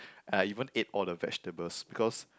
I even ate all the vegetables because